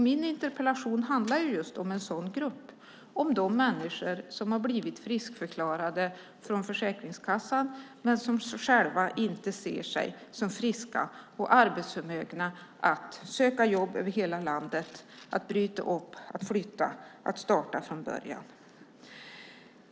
Min interpellation handlar just om en sådan grupp - om de människor som har blivit friskförklarade från Försäkringskassan men som själva inte ser sig som friska och arbetsförmögna nog att söka jobb över hela landet, att bryta upp, att flytta och att starta från början.